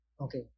Okay